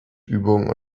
übungen